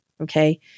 Okay